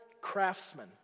craftsmen